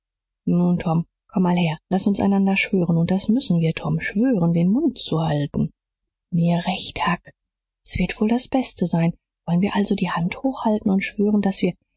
tom komm mal her laß uns einander schwören das müssen wir tom schwören den mund zu halten mir recht huck s wird wohl das beste sein wollen wir also die hand hochhalten und schwören daß wir